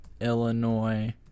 illinois